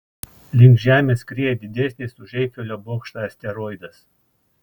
link žemės skrieja didesnis už eifelio bokštą asteroidas